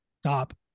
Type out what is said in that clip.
Stop